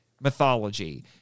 mythology